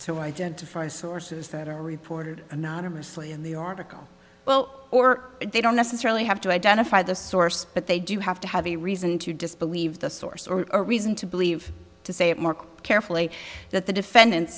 identify sources that are reported anonymously in the article well or they don't necessarily have to identify the source but they do have to have a reason to disbelieve the source or a reason to believe to say it more carefully that the defendant